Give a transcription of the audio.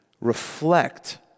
reflect